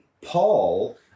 Paul